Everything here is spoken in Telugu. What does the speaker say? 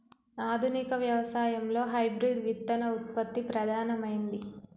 ఆధునిక వ్యవసాయం లో హైబ్రిడ్ విత్తన ఉత్పత్తి ప్రధానమైంది